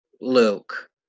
Luke